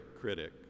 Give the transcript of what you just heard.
critic